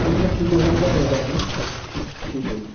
ਫਿਰ ਉਹ ਤਾਂ ਠੀਕ ਏ ਫਿਰ ਮੈਂ ਘਰ ਜਾ ਕੇ ਕਰਦਾ ਠੀਕ ਹੈ ਜੀ